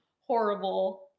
Horrible